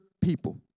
people